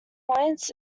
points